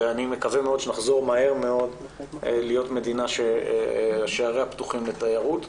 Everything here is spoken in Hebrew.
ואני מקווה מאוד שנחזור מהר מאוד להיות מדינה ששעריה פתוחים לתיירות,